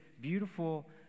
beautiful